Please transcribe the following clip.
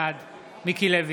בעד מיקי לוי,